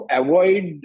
avoid